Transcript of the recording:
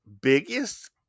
biggest